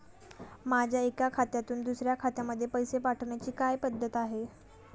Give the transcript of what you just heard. माझ्या एका खात्यातून दुसऱ्या खात्यामध्ये पैसे पाठवण्याची काय पद्धत आहे?